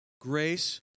Grace